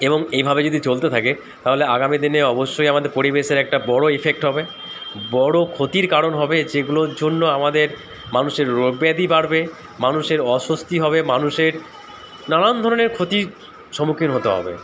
এবং এইভাবে যদি চলতে থাকে তাহলে আগামী দিনে অবশ্যই আমাদের পরিবেশের একটা বড়ো ইফেক্ট হবে বড়ো ক্ষতির কারণ হবে যেগুলোর জন্য আমাদের মানুষের রোগ ব্যাধি বাড়বে মানুষের অস্বস্তি হবে মানুষের নানান ধরনের ক্ষতির সম্মুখীন হতে হবে